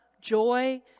joy